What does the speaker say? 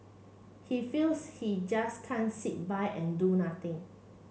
he feels he just can't sit by and do nothing